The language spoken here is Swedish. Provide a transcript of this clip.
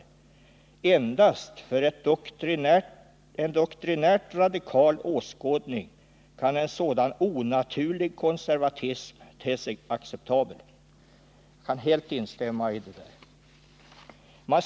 Endast för en doktrinärt radikal åskådning kan en sådan onaturlig konservatism te sig acceptabel.” Jag kan helt instämma i detta.